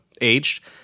aged